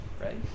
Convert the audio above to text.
right